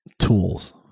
tools